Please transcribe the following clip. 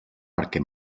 perquè